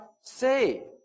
say